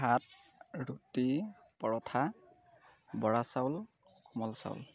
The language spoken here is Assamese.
ভাত ৰুটি পৰঠা বৰা চাউল কোমল চাউল